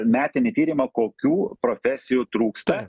metinį tyrimą kokių profesijų trūksta